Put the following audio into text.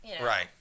right